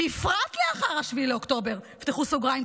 בפרט לאחר 7 באוקטובר" תפתחו סוגריים,